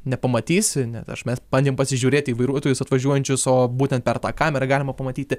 nepamatysi net aš mes bandėm pasižiūrėti į vairuotojus atvažiuojančius o būtent per tą kamerą galima pamatyti